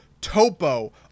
topo